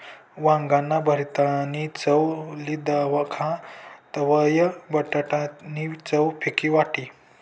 वांगाना भरीतनी चव ली दखा तवयं बटाटा नी चव फिकी वाटी